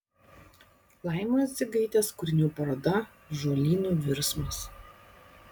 laimos dzigaitės kūrinių paroda žolynų virsmas